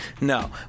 no